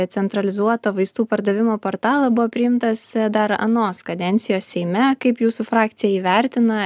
centralizuotą vaistų pardavimo portalą buvo priimtas dar anos kadencijos seime kaip jūsų frakcija jį vertina